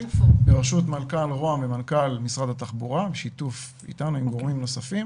בראשות מנכ"ל רוה"מ ומנכ"ל משרד התחבורה בשיתוף איתנו וגורמים נוספים,